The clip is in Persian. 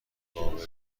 قابل